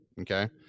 okay